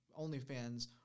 OnlyFans